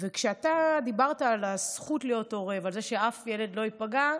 וכשאתה דיברת על הזכות להיות הורה ועל זה שאף ילד לא ייפגע,